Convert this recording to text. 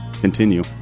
continue